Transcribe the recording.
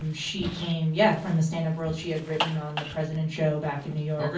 um she came, yeah, from the stand-up world. she had written on the president show back in new york.